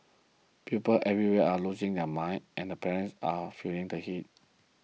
pupils everywhere are losing their minds and parents are feeling the heat